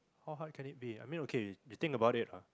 how hard can it be I mean okay you think about it ah